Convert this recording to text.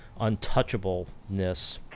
untouchableness